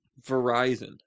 Verizon